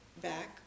back